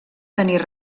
tenir